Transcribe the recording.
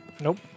Nope